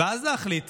ואז להחליט